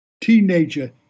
teenager